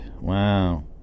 Wow